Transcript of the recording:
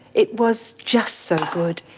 it was just so good.